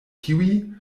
tiuj